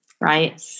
right